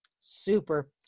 Super